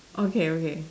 okay okay